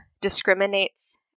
discriminates